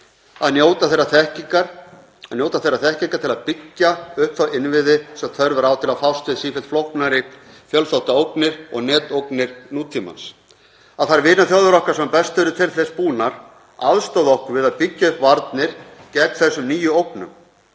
að njóta þeirrar þekkingar til að byggja upp þá innviði sem þörf er á til að fást við sífellt flóknari fjölþáttaógnir og netógnir nútímans, að þær vinaþjóðir okkar sem best eru til þess búnar aðstoði okkur við að byggja upp varnir gegn þessum nýju ógnum.